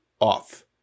off